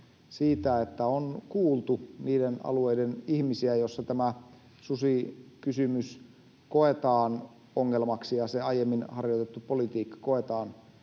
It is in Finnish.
siitä, että on kuultu niiden alueiden ihmisiä, joissa tämä susikysymys koetaan ongelmaksi ja aiemmin harjoitettu politiikka koetaan ongelmaksi.